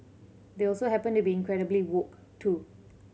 they also happen to be incredibly woke too